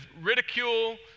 ridicule